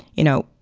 you know,